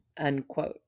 unquote